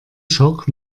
schock